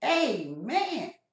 Amen